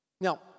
Now